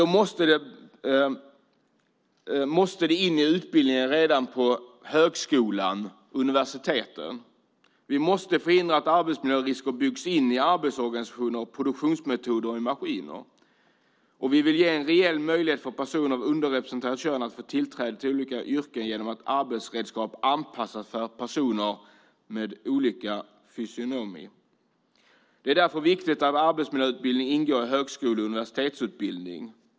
Då måste det in i utbildningen redan på högskolan och universiteten. Vi måste förhindra att arbetsmiljörisker byggs in i arbetsorganisationer och produktionsmetoder med maskiner. Vi vill ge en reell möjlighet för personer av underrepresenterat kön att få tillträde till olika yrken genom att arbetsredskap anpassas för personer med olika fysionomier. Det är därför viktigt att arbetsmiljöutbildning ingår i högskole och universitetsutbildning.